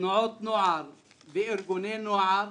תנועות נוער וארגוני נוער